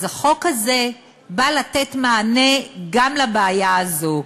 אז החוק הזה בא לתת מענה גם על הבעיה הזאת.